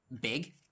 big